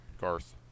Garth